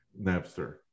napster